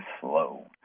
slow